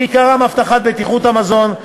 שעיקרם הבטחת בטיחות המזון.